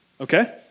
Okay